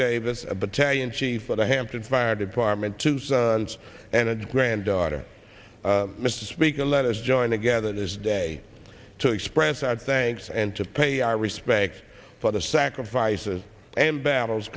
davis a battalion chief for the hampton fire department two sons and a granddaughter mr speaker let us join together this day to express our thanks and to pay our respects for the sacrifices and battles